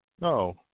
No